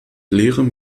leerem